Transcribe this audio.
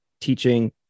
teaching